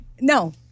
No